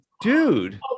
dude